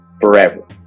forever